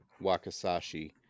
Wakasashi